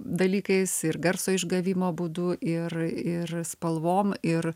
dalykais ir garso išgavimo būdu ir ir spalvom ir